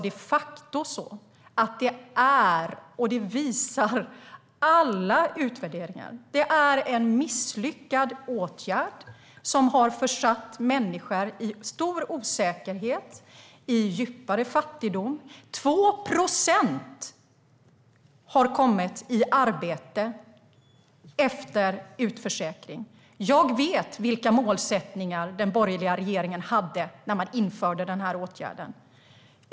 Det är de facto - och det visar alla utvärderingar - en misslyckad åtgärd som har försatt människor i stor osäkerhet och i djupare fattigdom. Det är 2 procent som har kommit i arbete efter utförsäkring. Jag vet vilka målsättningar som den borgerliga regeringen hade när man införde den här åtgärden.